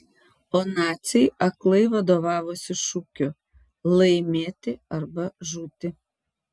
o naciai aklai vadovavosi šūkiu laimėti arba žūti